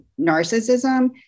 narcissism